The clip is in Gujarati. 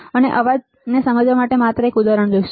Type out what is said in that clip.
અને અવાજ ને સમજવા માટે આપણે માત્ર એક ઉદાહરણ જોઈશું